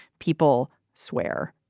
people swear.